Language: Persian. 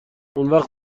اونوقت